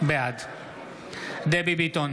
בעד דבי ביטון,